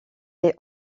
est